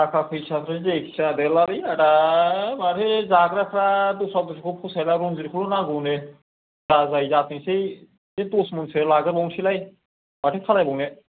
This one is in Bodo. थाका फैसाफ्रा जायखि जादोलालै आदा माथो जाग्राफ्रा दस्रा दस्राखौ फसायला रनजितखौल' नांगौनो जा जायो जाथोंसै बे दस मनसो लाग्रोबावनोसैलाय माथो खालायबावनो